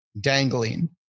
dangling